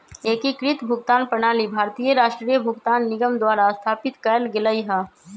एकीकृत भुगतान प्रणाली भारतीय राष्ट्रीय भुगतान निगम द्वारा स्थापित कएल गेलइ ह